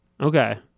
Okay